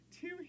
two